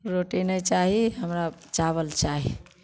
रोटी नहि चाही हमरा चावल चाही